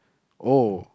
oh